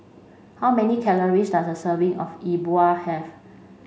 how many calories does a serving of Yi Bua have